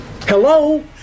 Hello